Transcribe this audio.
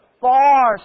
far